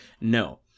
No